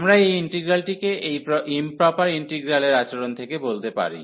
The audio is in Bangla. আমরা এই টেস্ট ইন্টিগ্রালটিকে এই ইম্প্রপার ইন্টিগ্রালের আচরণ থেকে বলতে পারি